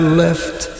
left